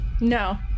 No